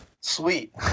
sweet